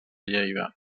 lleida